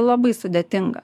labai sudėtinga